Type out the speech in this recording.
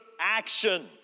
action